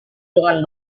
dengan